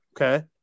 Okay